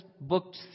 booked